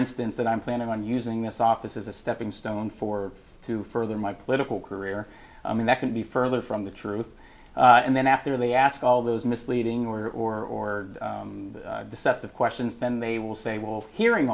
instance that i'm planning on using this office as a stepping stone for to further my political career i mean that can be further from the truth and then after they ask all those misleading or deceptive questions then they will say wolf hearing